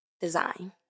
Design